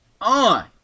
on